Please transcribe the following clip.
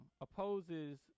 opposes